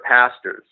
pastors